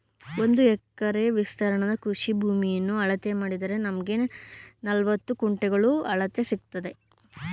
ಒಂದು ಎಕರೆ ವಿಸ್ತೀರ್ಣದ ಕೃಷಿ ಭೂಮಿಯನ್ನ ಅಳತೆ ಮಾಡಿದರೆ ನಮ್ಗೆ ನಲವತ್ತು ಗುಂಟೆಗಳ ಅಳತೆ ಸಿಕ್ತದೆ